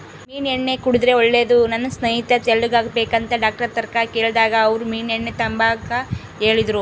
ಮೀನೆಣ್ಣೆ ಕುಡುದ್ರೆ ಒಳ್ಳೇದು, ನನ್ ಸ್ನೇಹಿತೆ ತೆಳ್ಳುಗಾಗ್ಬೇಕಂತ ಡಾಕ್ಟರ್ತಾಕ ಕೇಳ್ದಾಗ ಅವ್ರು ಮೀನೆಣ್ಣೆ ತಾಂಬಾಕ ಹೇಳಿದ್ರು